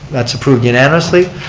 that's approved unanimously.